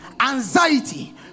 anxiety